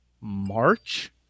March